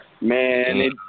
man